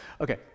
Okay